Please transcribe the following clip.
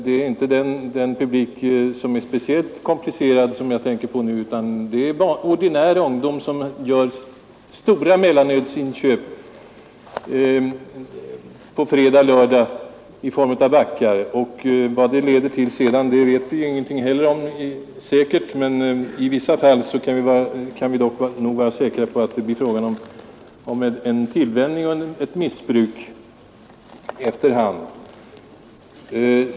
Det är inte den publik där på torget som är speciellt komplicerad som jag tänker på nu, utan tämligen ordinär ungdom som köper mellanöl i backar på fredag och lördag. Vad detta leder till sedan vet vi heller ingenting om med säkerhet, men vi kan nog av hörsägner att döma vara övertygade om att det i vissa fall sker en tillvänjning och kanske också ett missbruk efter hand.